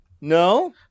No